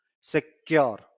secure